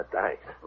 Thanks